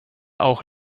auch